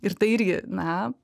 ir tai irgi na